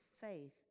faith